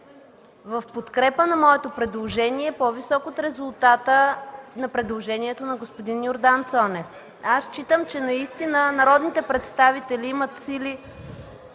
в подкрепа на моето предложение по-висок от резултата на предложението на господин Йордан Цонев. Аз считам, че наистина народните представители имат сили